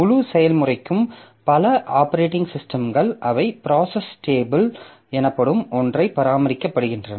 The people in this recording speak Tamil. முழு செயல்முறைக்கும் பல ஆப்பரேட்டிங் சிஸ்டம்கள் அவை ப்ராசஸ் டேபிள் எனப்படும் ஒன்றை பராமரிக்கின்றன